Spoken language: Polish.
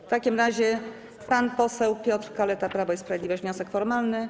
W takim razie pan poseł Piotr Kaleta, Prawo i Sprawiedliwość, wniosek formalny.